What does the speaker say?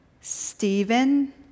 Stephen